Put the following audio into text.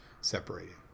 separated